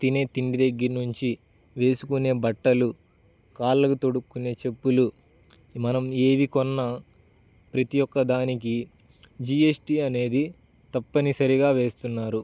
తినే తిండి దగ్గర నుంచి వేసుకునే బట్టలు కాళ్ళకి తొడుక్కునే చెప్పులు మనం ఏది కొన్నా ప్రతి ఒక్క దానికి జీ ఎస్ టీ అనేది తప్పనిసరిగా వేస్తున్నారు